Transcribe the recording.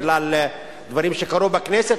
בגלל דברים שקרו בכנסת,